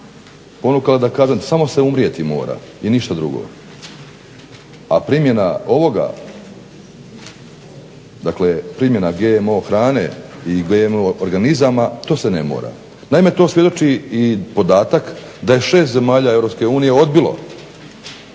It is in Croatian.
ponukala da kažem samo se umrijeti mora i ništa drugo. A primjena ovoga dakle primjena GMO hrane i GMO organizama to se ne mora. Naime, to svjedoči i podatak da je 6 zemalja EU odbilo